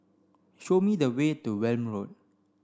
show me the way to Welm Road